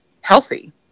healthy